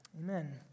Amen